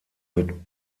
mit